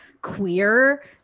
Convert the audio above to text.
queer